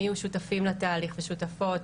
מי יהיו שותפים לתהליך ושותפות.